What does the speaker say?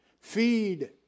feed